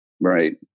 Right